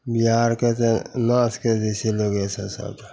बिहारके तऽ नाश कै दै छै लोकेसभ सभटा